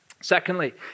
Secondly